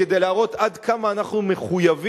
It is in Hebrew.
כדי להראות עד כמה אנחנו מחויבים,